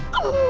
oh,